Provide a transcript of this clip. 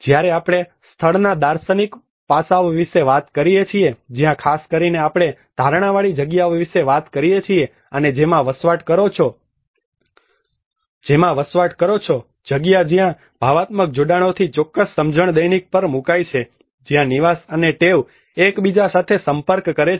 જ્યારે આપણે સ્થળના દાર્શનિક પાસા વિશે વાત કરીએ છીએ જ્યાં ખાસ કરીને આપણે ધારણાવાળી જગ્યા વિશે વાત કરીએ છીએ અને જેમાં વસવાટ કરો છો જગ્યા જ્યાં ભાવનાત્મક જોડાણોની ચોક્કસ સમજણ દૈનિક પર મુકાય છે જ્યાં નિવાસ અને ટેવ એકબીજા સાથે સંપર્ક કરે છે